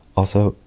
also,